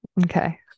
Okay